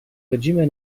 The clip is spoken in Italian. regime